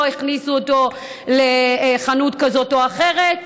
לא הכניסו אותו לחנות כזאת או אחרת,